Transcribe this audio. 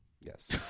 Yes